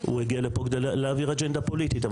הוא הגיע לפה כדי להעביר אג'נדה פוליטית.